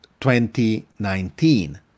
2019